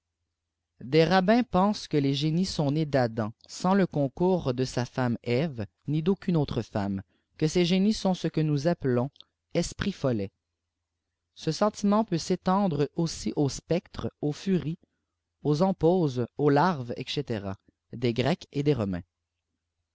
des rabbins pensent que les génies sont nés d'adam sans le concours dfe safemme eve ni d'aucune autre femme que ces génies sout ce que uous appelons écrits follets ce sencment peut s'étepdre aussi au c spectres auxiuries aux empauses aux larves etc des grecs et des romains